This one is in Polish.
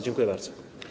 Dziękuję bardzo.